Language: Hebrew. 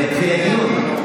כבר התחיל הדיון.